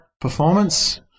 performance